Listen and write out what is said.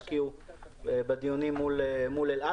השקיעו בדיונים מול אל על.